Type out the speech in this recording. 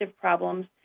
problems